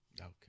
Okay